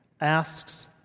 asks